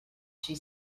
she